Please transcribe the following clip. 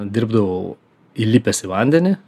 dirbdavau įlipęs į vandenį